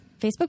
Facebook